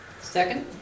Second